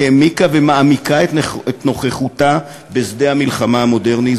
העמיקה ומעמיקה את נוכחותה בשדה המלחמה המודרני,